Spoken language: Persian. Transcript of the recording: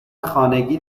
خانگی